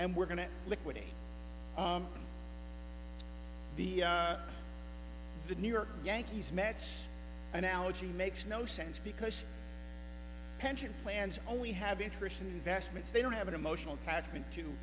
and we're going to liquidate the the new york yankees mets analogy makes no sense because pension plans only have interest in the vestments they don't have an emotional attachment to